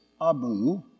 Abu